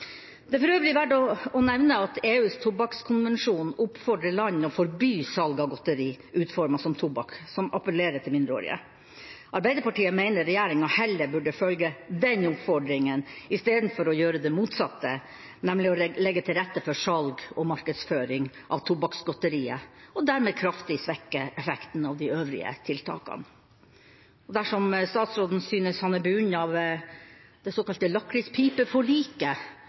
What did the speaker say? Det er for øvrig verdt å nevne at EUs tobakkskonvensjon oppfordrer land til å forby salg av godteri som er utformet som tobakk og appellerer til mindreårige. Arbeiderpartiet mener regjeringa heller burde følge den oppfordringen i stedet for å gjøre det motsatte, nemlig å legge til rette for salg og markedsføring av tobakksgodteriet og dermed kraftig svekke effekten av de øvrige tiltakene. Dersom statsråden synes han er bundet av det såkalte